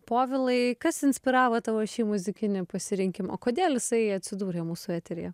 povilai kas inspiravo tavo šį muzikinį pasirinkimą kodėl jisai atsidūrė mūsų eteryje